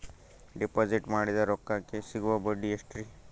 Deposit ಮಾಡಿದ ರೊಕ್ಕಕೆ ಸಿಗುವ ಬಡ್ಡಿ ಎಷ್ಟ್ರೀ?